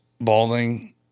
balding